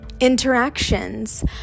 interactions